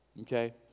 okay